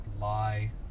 lie